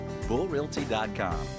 BullRealty.com